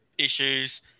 issues